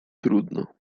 trudno